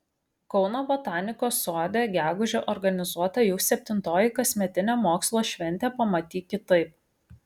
kauno botanikos sode gegužę organizuota jau septintoji kasmetinė mokslo šventė pamatyk kitaip